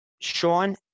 Sean